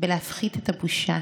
להפחית את הבושה